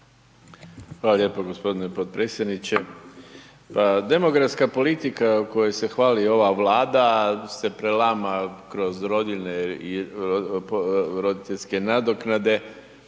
Hvala lijepo g. potpredsjedniče. Pa demografska politika o kojoj se hvali ova Vlada se prelama kroz rodiljne i roditeljske nadoknade